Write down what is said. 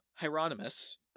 Hieronymus